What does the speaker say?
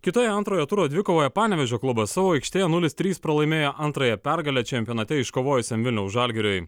kitoje antrojo turo dvikovoje panevėžio klubas savo aikštėje nulis trys pralaimėjo antrąją pergalę čempionate iškovojusiam vilniaus žalgiriui